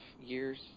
years